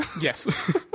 Yes